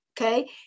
Okay